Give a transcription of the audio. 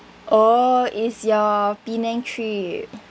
oh it's your penang trip